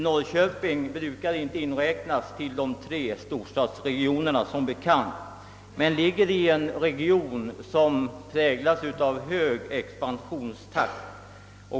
Norrköping brukar som bekant inte räknas till någon av de tre storstadsregionerna men ligger inom ett område som präglas av hög expansionstakt.